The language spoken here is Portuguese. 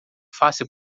face